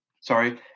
Sorry